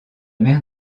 mer